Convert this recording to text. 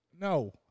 No